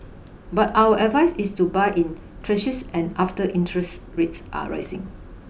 but our advice is to buy in tranches and after interest rates are risen